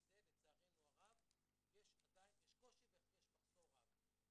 ובזה לצערנו הרב יש קושי ויש מחסור רב.